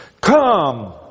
come